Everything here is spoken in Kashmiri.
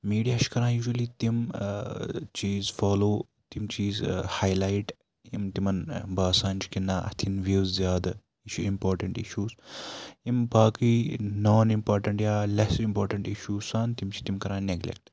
مِیٖڈیا چھِ کَران یوٗجولی تِم چیٖز فالو تَم چیٖز ہاے لایِٹ یِم تِمن باسان چھُ کہِ نَہ اَتھ یِن وِو زیادٕ یہِ چھُ اِمپارٹینٛٹ اِشوٗز یِم باقٕے نان اِمپارٹینٛٹ یا لیٚس اِمپارٹینٛٹ اِشوٗز چھِ آسان تِم چھِ تِم کَران نیٚگلیٚکٹہٕ